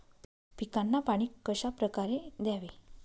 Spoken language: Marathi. पिकांना पाणी कशाप्रकारे द्यावे?